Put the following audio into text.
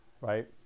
right